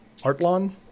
Artlon